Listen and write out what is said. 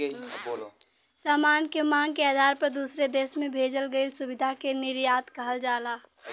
सामान के मांग के आधार पर दूसरे देश में भेजल गइल सुविधा के निर्यात कहल जाला